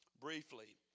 briefly